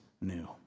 new